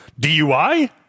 DUI